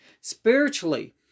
spiritually